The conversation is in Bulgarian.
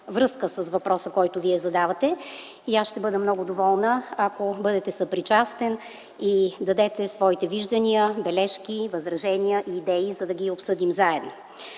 връзка с въпроса, който Вие задавате. Аз ще бъда много доволна, ако бъдете съпричастен и дадете своите виждания, бележки, възражения и идеи, за да ги обсъдим заедно.